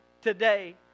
today